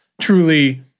truly